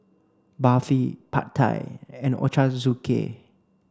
Barfi Pad Thai and Ochazuke